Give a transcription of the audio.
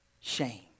Shame